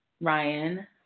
Ryan